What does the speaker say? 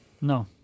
No